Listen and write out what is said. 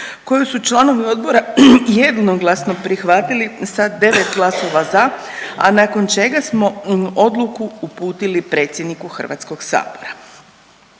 koju su članovi odbora jednoglasno prihvatili sa 9 glasova za, a nakon čega smo odluku uputili predsjedniku HS. Proglašenjem